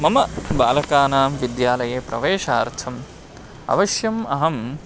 मम बालकानां विद्यालये प्रवेशार्थम् अवश्यम् अहं